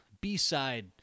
B-side